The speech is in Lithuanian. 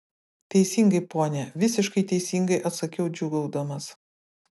teisingai pone visiškai teisingai atsakiau džiūgaudamas